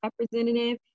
representative